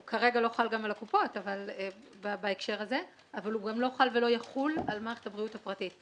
אבל במקרה הזה הם מוציאים את הרשומה מהארכיון ומצלמים אותה.